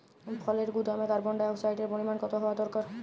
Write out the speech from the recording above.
ফলের গুদামে কার্বন ডাই অক্সাইডের পরিমাণ কত হওয়া দরকার?